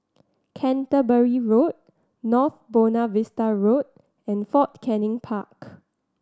Canterbury Road North Buona Vista Road and Fort Canning Park